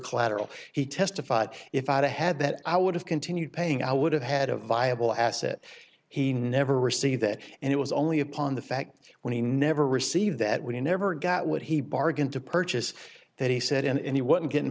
collateral he testified if i had that i would have continued paying i would have had a viable asset he never received that and it was only upon the fact when he never received that we never got what he bargained to purchase that he said and he wasn't getting